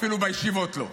אפילו בישיבות לא,